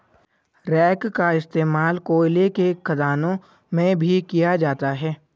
rake का इश्तेमाल कोयले के खदानों में भी किया जाता है